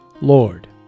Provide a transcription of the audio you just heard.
Lord